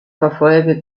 verfolge